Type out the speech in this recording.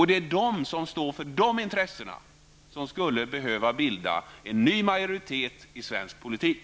Det är dessa intressen som skulle behöva bilda en ny majoritet i svensk politik.